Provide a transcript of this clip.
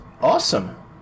awesome